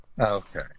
Okay